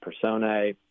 Personae